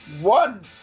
One